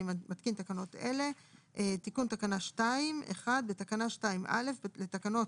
אני מתקין תקנות אלה: תיקון תקנה 2 בתקנה 2(א) לתקנות